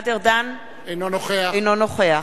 אינו נוכח